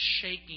shaking